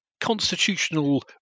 constitutional